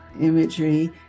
imagery